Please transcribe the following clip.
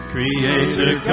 Creator